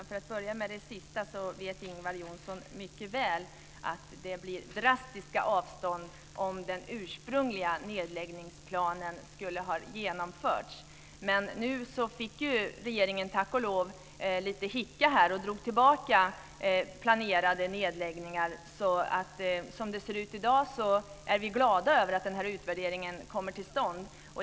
Fru talman! Ingvar Johnsson vet mycket väl att det hade blivit drastiska avstånd om den ursprungliga nedläggningsplanen hade genomförts. Nu fick regeringen tack och lov lite hicka och drog tillbaka planerade nedläggningar. Som det ser ut i dag är vi glada över att utvärderingen kommer till stånd.